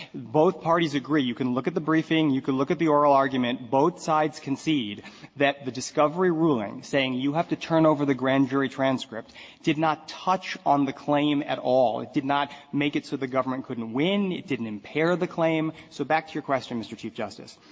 both parties agree you can look at the briefing you can look at the oral argument both sides concede that the discovery ruling saying you have to turn over the grand jury transcript did not touch on the claim at all. it did not make it so the government couldn't win. it didn't impair the claim. so back to your question, mr. chief justice.